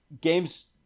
games